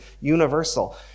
universal